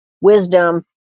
wisdom